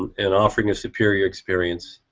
and offer a superior experience